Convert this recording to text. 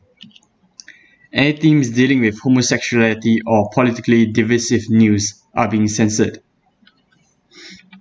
anything dealing with homosexuality or politically divisive news are being censored